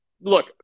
look